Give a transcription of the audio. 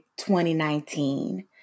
2019